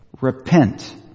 repent